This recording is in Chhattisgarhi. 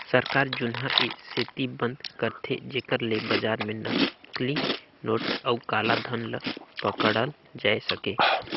सरकार जुनहा ए सेती बंद करथे जेकर ले बजार में नकली नोट अउ काला धन ल पकड़ल जाए सके